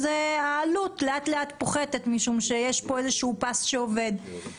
העלות לאט לאט פוחתת שיש כאן איזשהו פס שעובד.